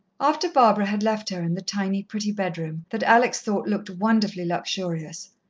after barbara had left her in the tiny, pretty bedroom, that alex thought looked wonderfully luxurious,